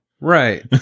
right